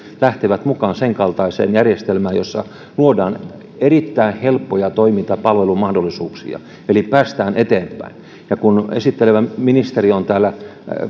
lähtevät mukaan sen kaltaiseen järjestelmään jossa luodaan erittäin helppoja toiminta ja palvelumahdollisuuksia eli päästään eteenpäin ja kun esittelevä ministeri on täällä